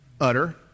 utter